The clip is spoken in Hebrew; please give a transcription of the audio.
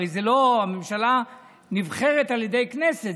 הרי הממשלה נבחרת על ידי הכנסת,